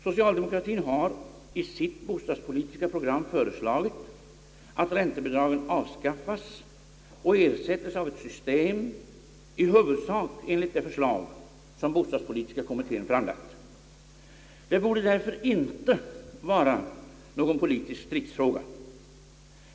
Socialdemokratien har i sitt bostadspolitiska program föreslagit att räntebidragen avskaffas och ersätts av ett system, i huvudsak enligt det förslag som bostadspolitiska kommittén framlagt. Det borde därför inte vara någon politisk stridsfråga.